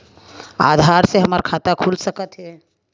आधार से हमर खाता खुल सकत हे?